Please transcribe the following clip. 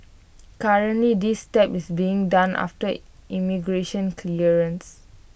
currently this step is being done after immigration clearance